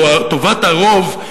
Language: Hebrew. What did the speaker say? או טובת הרוב,